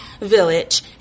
village